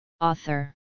Author